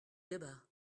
débats